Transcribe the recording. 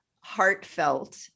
heartfelt